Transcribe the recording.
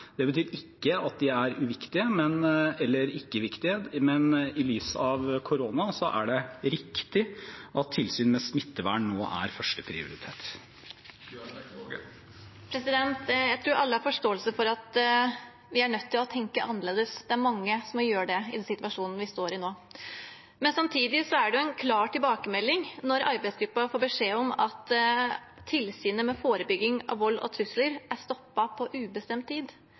Det betyr ikke at de ikke er viktige, men i lys av koronaen er det riktig at tilsyn med smittevern nå er førsteprioritet. Jeg tror alle har forståelse for at vi er nødt til å tenke annerledes. Det er mange som må gjøre det i den situasjonen vi står i nå. Samtidig er det en klar tilbakemelding når arbeidsgruppen får beskjed om at tilsynet med forebygging av vold og trusler er stoppet på ubestemt tid.